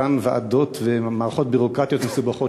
אותן ועדות ומערכות ביורוקרטיות מסובכות